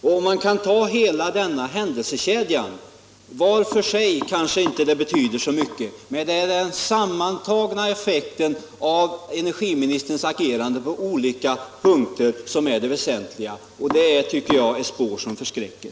Var för sig kanske inte dessa händelser betyder så mycket, men det är den sammantagna effekten av energiministerns agerande på olika punkter som är det väsentliga. Det är, tycker jag, spår som förskräcker.